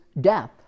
death